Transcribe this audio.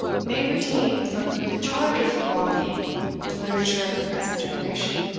may redeem from the charge of frivolity the literature of the present generation.